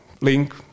link